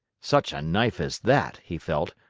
such a knife as that, he felt,